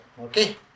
Okay